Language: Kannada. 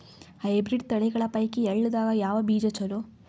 ಹೈಬ್ರಿಡ್ ತಳಿಗಳ ಪೈಕಿ ಎಳ್ಳ ದಾಗ ಯಾವ ಬೀಜ ಚಲೋ?